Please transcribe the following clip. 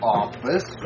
office